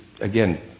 again